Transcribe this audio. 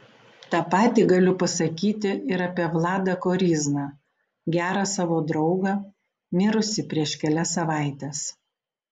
tą patį galiu pasakyti ir apie vladą koryzną gerą savo draugą mirusį prieš kelias savaites